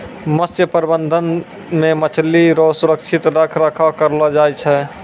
मत्स्य प्रबंधन मे मछली रो सुरक्षित रख रखाव करलो जाय छै